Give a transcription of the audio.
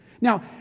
Now